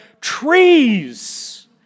trees